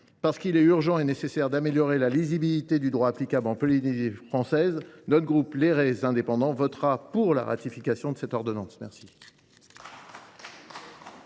Parce qu’il est urgent et nécessaire d’améliorer la lisibilité du droit applicable en Polynésie française, le groupe Les Indépendants votera pour la ratification de cette ordonnance. La